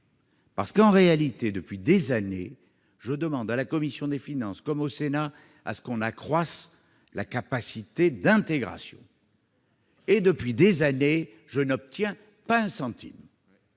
Gouvernement. Depuis des années, je demande à la commission des finances, comme au Sénat, qu'on accroisse la capacité d'intégration. Or, depuis des années, je n'obtiens pas un centime.